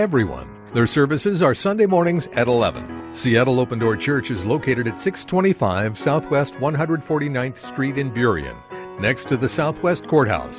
everyone their services are sunday mornings at eleven seattle open door church is located at six twenty five south west one hundred forty ninth street in period next to the southwest courthouse